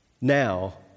now